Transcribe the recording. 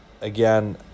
again